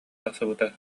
тахсыбыта